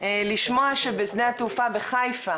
לשמוע שבשדה התעופה בחיפה